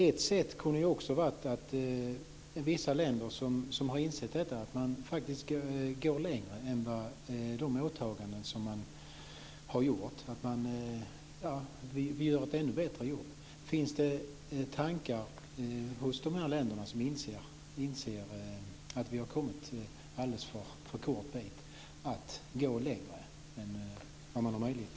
Ett sätt kunde vara att vissa länder inser att man faktiskt kan gå längre än vad som motsvarar de åtaganden som de har gjort - att man kan göra ett ännu bättre jobb. Finns det sådana tankar om att gå längre hos länder som inser att vi har kommit alldeles för kort väg framåt?